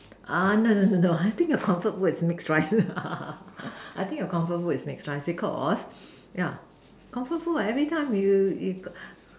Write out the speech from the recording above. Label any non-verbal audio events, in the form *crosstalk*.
uh no no no no I think your comfort food is mixed rice *laughs* I think your comfort food is mixed rice because ya comfort food everytime you you got